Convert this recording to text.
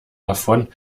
davon